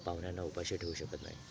पाहुण्यांना उपाशी ठेवू शकत नाही